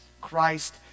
Christ